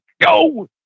go